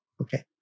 okay